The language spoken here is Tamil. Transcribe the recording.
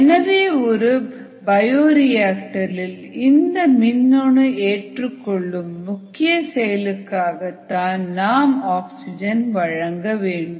எனவே ஒரு பயோரியா ஆக்டரில் இந்த மின்னணு ஏற்றுக்கொள்ளும் முக்கிய செயலுக்காக தான் நாம் ஆக்சிஜன் வழங்க வேண்டும்